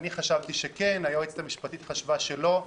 אני חשבתי שכן, היועצת המשפטית חשבה שלא.